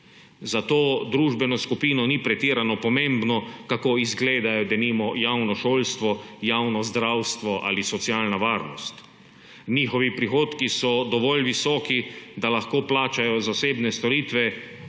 Za to družbeno skupino ni pretirano pomembno, kako izgledajo, denimo, javno šolstvo, javno zdravstvo ali socialna varnost. Njihovi prihodki so dovolj visoki, da lahko plačajo zasebne storitve